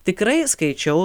tikrai skaičiau